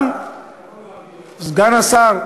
גם סגן השר,